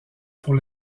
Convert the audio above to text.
pour